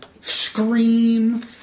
scream